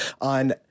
on